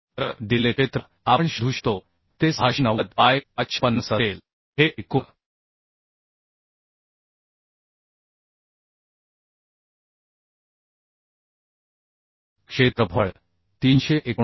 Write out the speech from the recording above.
तर दिलेले क्षेत्र आपण शोधू शकतो की ते 690 बाय 550 असेल हे एकूण क्षेत्रफळ 379